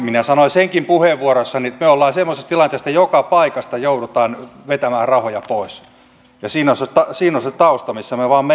minä sanoin senkin puheenvuorossani että me olemme semmoisessa tilanteessa että joka paikasta joudutaan vetämään rahoja pois ja siinä on se tausta missä me vaan menemme